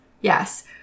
Yes